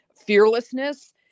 fearlessness